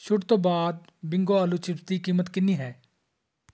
ਛੁੱਟ ਤੋਂ ਬਾਅਦ ਬਿੰਗੋ ਆਲੂ ਚਿਪਸ ਦੀ ਕੀਮਤ ਕਿੰਨੀ ਹੈ